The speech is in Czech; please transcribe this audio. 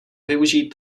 využít